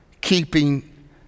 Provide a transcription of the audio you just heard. keeping